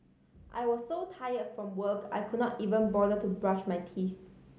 I was so tired from work I could not even bother to brush my teeth